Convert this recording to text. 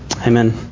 Amen